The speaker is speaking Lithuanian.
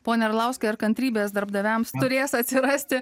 pone arlauskai ar kantrybės darbdaviams turės atsirasti